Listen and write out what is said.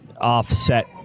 offset